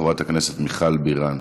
חברת הכנסת מיכל בירן.